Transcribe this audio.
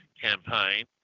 campaign